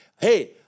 Hey